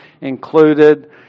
included